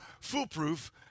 foolproof